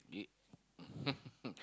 you